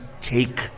take